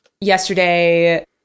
Yesterday